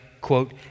quote